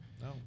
no